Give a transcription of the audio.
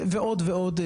ועוד ועוד.